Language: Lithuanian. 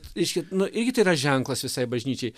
reiškia nu irgi tai yra ženklas visai bažnyčiai